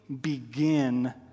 begin